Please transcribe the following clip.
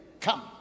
Come